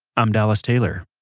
i'm dallas taylor